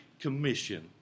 commission